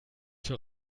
für